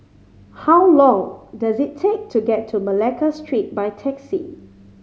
how long does it take to get to Malacca Street by taxi